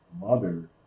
mother